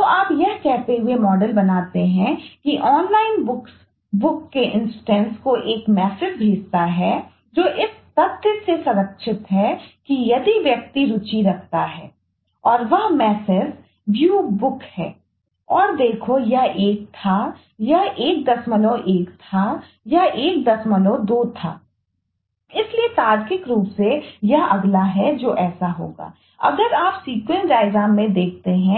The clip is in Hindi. तो आप यह कहते हुए मॉडल में देख रहे हैं